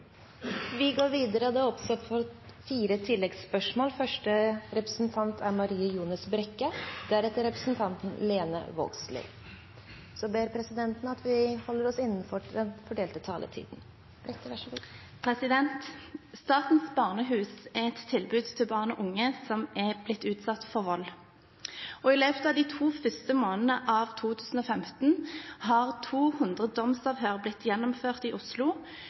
Det åpnes for fire oppfølgingsspørsmål – først Marie Ljones Brekke. Statens Barnehus er et tilbud til barn og unge som er blitt utsatt for vold. I løpet av de to første månedene av 2015 har 200 dommeravhør blitt gjennomført i Oslo,